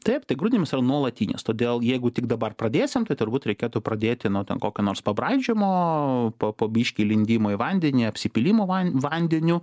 taip tai grūdinimas yra nuolatinis todėl jeigu tik dabar pradėsim tai turbūt reikėtų pradėti nuo ten kokio nors pabraidžiomo po po biškį lindimo į vandenį apsipylimo vandeniu